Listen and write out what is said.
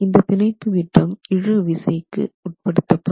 இந்த பிணைப்பு விட்டம் இழுவிசைக்கு உட்படுத்தப்படும்